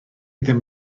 ddim